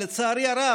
לצערי הרב,